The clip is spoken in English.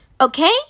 Okay